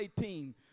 18